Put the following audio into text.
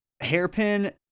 Hairpin